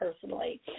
personally